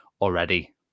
already